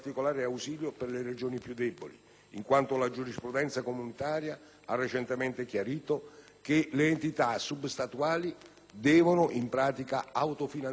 in quanto la giurisprudenza comunitaria ha recentemente chiarito che le entità sub-statuali devono, in pratica, autofinanziarsi la fiscalità di sviluppo.